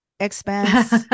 expense